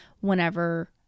whenever